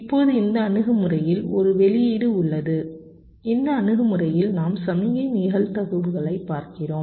இப்போது இந்த அணுகுமுறையில் ஒரு வெளியீடு உள்ளது இந்த அணுகுமுறையில் நாம் சமிக்ஞை நிகழ்தகவுகளைப் பார்க்கிறோம்